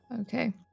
Okay